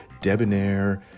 debonair